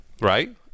right